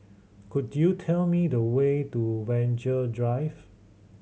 could you tell me the way to Venture Drive